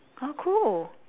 oh cool